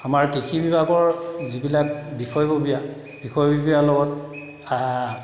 আমাৰ কৃষি বিভাগৰ যিবিলাক বিষয়ববীয়া বিষয়ববীয়াৰ লগত